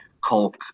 Cole